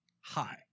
Hi